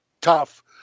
tough